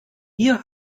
ihr